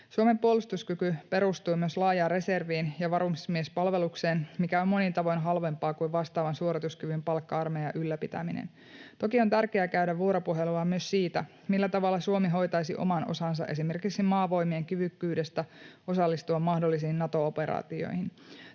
Suomen puolustuskyky perustuu myös laajaan reserviin ja varusmiespalvelukseen, mikä on monin tavoin halvempaa kuin vastaavan suorituskyvyn palkka-armeijan ylläpitäminen. Toki on tärkeää käydä vuoropuhelua myös siitä, millä tavalla Suomi hoitaisi oman osansa esimerkiksi Maavoimien kyvykkyydestä osallistua mahdollisiin Nato-operaatioihin,